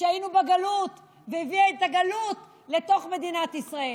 שהיינו בגלות והביאה את הגלות לתוך מדינת ישראל.